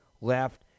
left